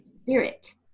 spirit